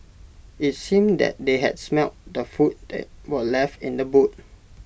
IT seemed that they had smelt the food that were left in the boot